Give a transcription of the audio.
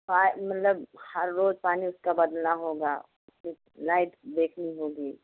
पा मतलब हर रोज़ पानी उसका बदलना होगा उसकी लाइट देखनी होगी